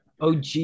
OG